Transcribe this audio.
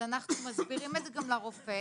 אז אנחנו מסבירים את זה גם לרופא.